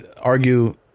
argue